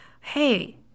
hey